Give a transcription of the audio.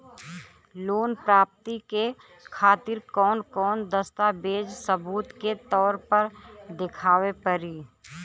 Loan प्राप्ति के खातिर कौन कौन दस्तावेज सबूत के तौर पर देखावे परी?